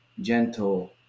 gentle